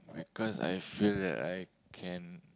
because I feel that I can